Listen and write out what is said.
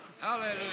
Hallelujah